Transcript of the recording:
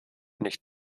nicht